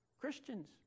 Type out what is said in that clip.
Christians